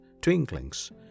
twinklings